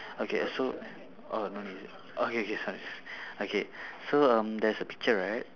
okay so orh okay K sorry okay so um there's a picture right